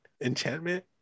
enchantment